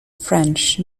french